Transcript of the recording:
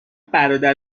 برادر